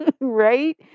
right